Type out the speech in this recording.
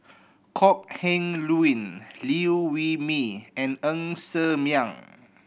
Kok Heng Leun Liew Wee Mee and Ng Ser Miang